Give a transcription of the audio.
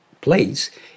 place